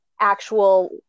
actual